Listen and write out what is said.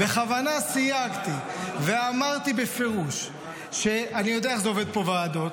בכוונה סייגתי ואמרתי בפירוש שאני יודע איך זה עובד פה בוועדות,